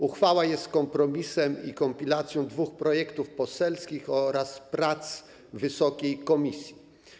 Uchwała jest kompromisem i kompilacją dwóch projektów poselskich oraz prac wysokiej komisji.